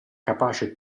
capace